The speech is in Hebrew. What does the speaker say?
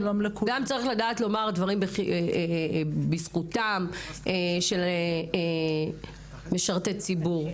צריך לדעת גם דברים בזכותם של משרתי ציבור.